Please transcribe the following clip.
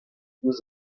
ouzh